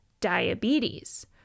diabetes